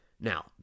Now